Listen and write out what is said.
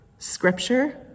Scripture